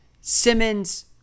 Simmons